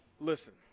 Listen